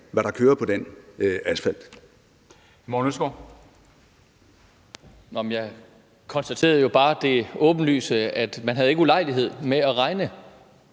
hvad der kører på den asfalt.